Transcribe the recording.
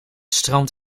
stroomt